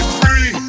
free